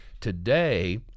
today